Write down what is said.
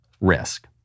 risk